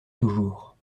toujours